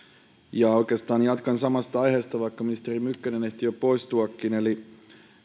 ja oikeastaan jatkan samasta aiheesta vaikka ministeri mykkänen ehti jo poistuakin eli